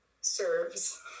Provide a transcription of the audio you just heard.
serves